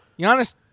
Giannis